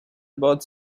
about